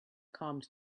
calmed